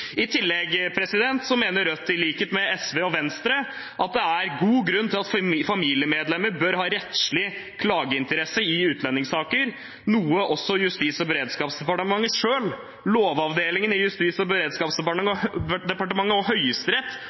I tillegg mener Rødt i likhet med SV og Venstre at det er god grunn til at familiemedlemmer bør ha rettslig klageinteresse i utlendingssaker, noe også Justis- og beredskapsdepartementet selv, lovavdelingen i Justis- og beredskapsdepartementet og Høyesterett har understreket. Derfor fremmer Rødt sammen med SV og